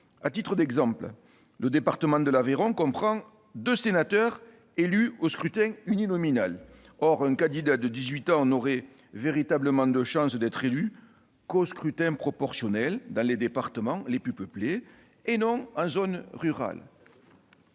À titre d'exemple, le département de l'Aveyron comprend deux sénateurs élus au scrutin uninominal. Or un candidat de dix-huit ans n'aurait véritablement de chance d'être élu qu'au scrutin proportionnel, dans les départements les plus peuplés et non en zone rurale.